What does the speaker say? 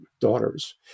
daughters